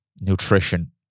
nutrition